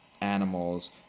animals